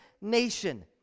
nation